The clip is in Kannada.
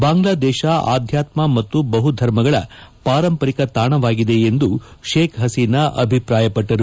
ಬಾಂಗ್ಲಾದೇಶ ಆಧ್ಯಾತ್ಮ ಮತ್ತು ಬಹು ಧರ್ಮಗಳ ಪಾರಂಪರಿಕ ತಾಣವಾಗಿದೆ ಎಂದು ಶೇಕ್ಹಸೀನಾ ಅಭಿಪ್ರಾಯಪಟ್ಟರು